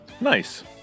nice